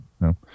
No